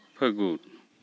ᱯᱷᱟᱹᱜᱩᱱ